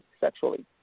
sexually